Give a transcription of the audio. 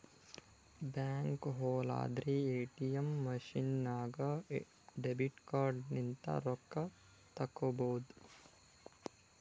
ಬ್ಯಾಂಕ್ಗ ಹೊಲಾರ್ದೆ ATM machine ನಾಗ್ ಡೆಬಿಟ್ ಕಾರ್ಡ್ ಲಿಂತ್ ರೊಕ್ಕಾ ತೇಕೊಬೋದ್